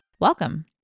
welcome